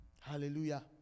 Hallelujah